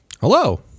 hello